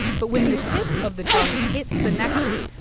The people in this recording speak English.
but when the tip of the tongue hits the nectar,